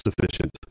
sufficient